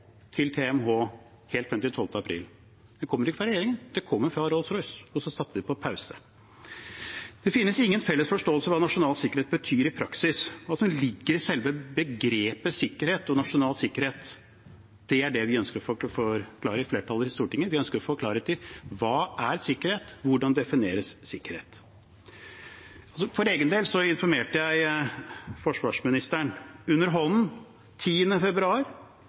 TMH helt frem til 12. april. Det kommer ikke fra regjeringen, det kommer fra Rolls-Royce, og så satte de på pause. Det finnes ingen felles forståelse av hva nasjonal sikkerhet betyr i praksis, hva som ligger i selve begrepene sikkerhet og nasjonal sikkerhet. Det er det flertallet i Stortinget ønsker å få klarhet i. Vi ønsker å få klarhet i hva sikkerhet er, og hvordan sikkerhet defineres. For egen del informerte jeg forsvarsministeren under hånden 10. februar,